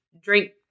drink